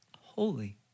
Holy